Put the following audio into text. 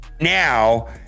now